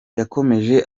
yakomeje